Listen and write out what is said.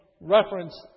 reference